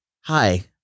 Hi